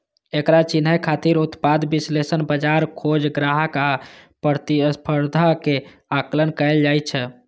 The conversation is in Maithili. एकरा चिन्है खातिर उत्पाद विश्लेषण, बाजार खोज, ग्राहक आ प्रतिस्पर्धा के आकलन कैल जाइ छै